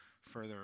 further